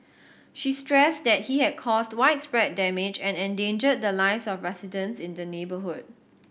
she stressed that he had caused widespread damage and endangered the lives of residents in the neighbourhood